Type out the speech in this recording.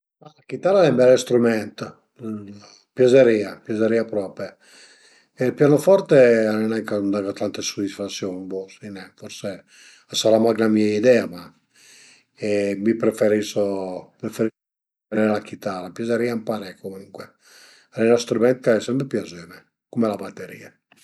La chitarra al e ün besl strüment, a m'piazërìa, a m'piazërìa prope e ël pianoforte al e nen ch'a m'daga tante sudisfasiun, bo sai nen, forse a sarà mach 'na mia idea ma e mi preferiso, preferisu la chitara, a m'piazërìa ëmparé comucue, al e ün strüment ch'al e sempre piazüme cume la baterìa